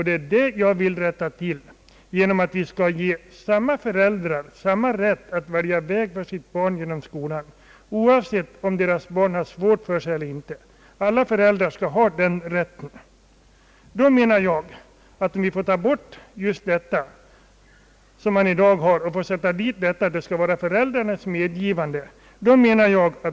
Det är detta jag vill rätta till genom att föreslå, att föräldrar skall ges samma rätt att välja väg för sitt barn genom skolan, oavsett om barnet har skolsvårigheter eller inte. Alla föräldrar skall ha den rätten. Jag menar, att vi måste ändra nuvarande lydelse och fordra föräldrarnas medgivande.